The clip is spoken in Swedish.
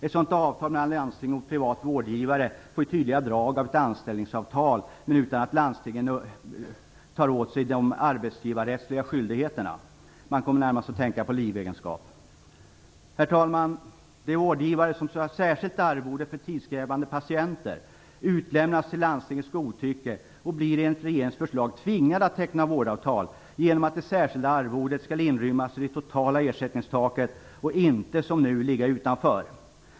Ett sådant avtal mellan landsting och en privat vårdgivare får tydliga drag av anställningsavtal - utan att landstingen tar åt sig de arbetsgivarrättsliga skyldigheterna. Man kommer närmast att tänka på livegenskap. Herr talman! De vårdgivare som har särskilt arvode för tidskrävande patienter, utlämnas till landstingens godtycke och blir enligt regeringens förslag tvingade att teckna vårdavtal genom att det särskilda arvodet skall inrymmas i det totala ersättningstaket och inte som nu ligga utanför.